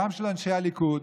גם של אנשי הליכוד,